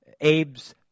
Abe's